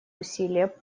усилия